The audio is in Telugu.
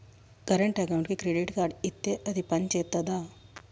కరెంట్ అకౌంట్కి క్రెడిట్ కార్డ్ ఇత్తే అది పని చేత్తదా?